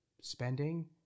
spending